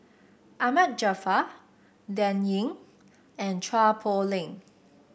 Ahmad Jaafar Dan Ying and Chua Poh Leng